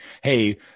hey